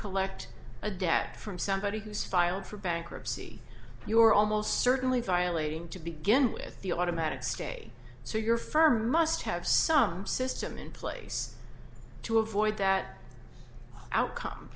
collect a debt from somebody who's filed for bankruptcy you are almost certainly violating to begin with the automatic stay so your firm must have some system in place to avoid that outcome